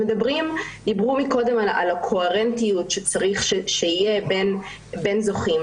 דיברו קודם על הקוהרנטיות שצריך שתהיה בין זוכים.